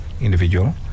individual